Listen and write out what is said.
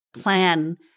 plan